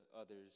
others